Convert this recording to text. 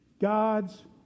God's